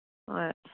ꯍꯣꯏ